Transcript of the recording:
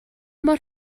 mor